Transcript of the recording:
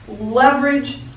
leverage